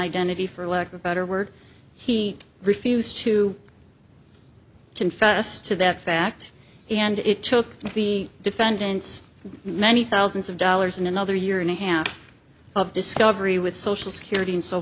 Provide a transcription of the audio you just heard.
identity for lack of better word he refused to confess to that fact and it took the defendants many thousands of dollars in another year and a half of discovery with social security and so